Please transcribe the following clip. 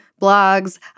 blogs